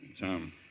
Tom